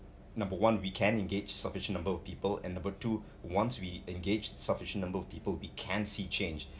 number one we can engage sufficient number of people and number two once we engage sufficient number of people we can see change